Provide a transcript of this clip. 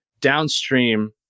downstream